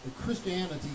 Christianity